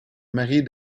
mairie